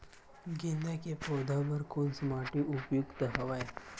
गेंदा के पौधा बर कोन से माटी उपयुक्त हवय?